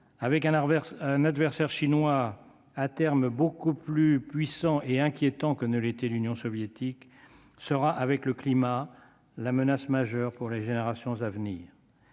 verse un adversaire chinois à terme beaucoup plus puissant et inquiétant que ne l'était l'Union soviétique sera avec le climat, la menace majeure pour les générations à venir.